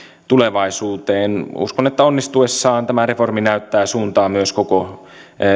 tulevaisuuteen uskon että onnistuessaan tämä reformi näyttää suuntaa myös koko